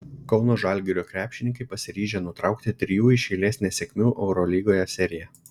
kauno žalgirio krepšininkai pasiryžę nutraukti trijų iš eilės nesėkmių eurolygoje seriją